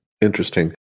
interesting